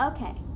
Okay